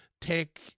take